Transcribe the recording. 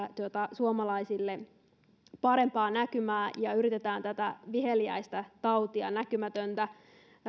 suomalaisille parempaa näkymää ja yritämme tätä viheliäistä tautia näkymätöntä